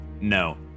No